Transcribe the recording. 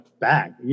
Back